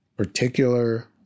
particular